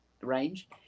range